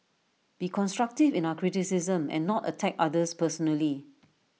be constructive in our criticisms and not attack others personally